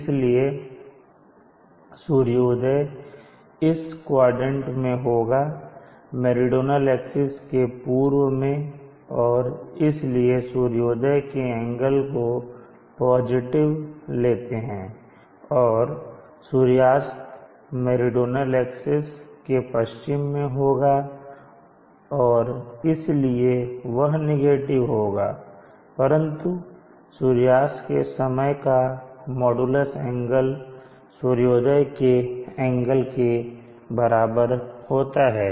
इसलिए सूर्योदय इस क्वाड्रेंट में होगा मेरीडोनल एक्सिस के पूर्व में और इसलिए सूर्योदय के एंगल को पॉजिटिव लेते हैं और सूर्यास्त मेरीडोनल एक्सिस के पश्चिम में होगा और इसलिए वह नेगेटिव होगा परंतु सूर्यास्त के समय का मॉडलस एंगल सूर्योदय के एंगल के बराबर होता है